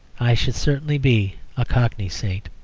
i should certainly be a cockney saint.